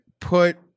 put